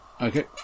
Okay